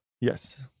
Yes